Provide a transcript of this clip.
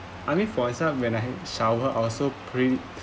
I mean for itself when I shower I was so pre~